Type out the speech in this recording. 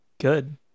good